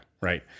Right